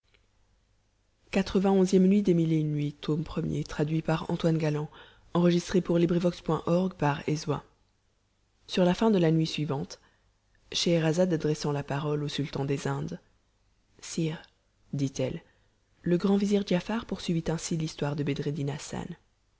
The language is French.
sur la fin de la nuit suivante scheherazade adressant la parole au sultan des indes sire dit-elle le grand vizir giafar poursuivit ainsi l'histoire de bedreddin hassan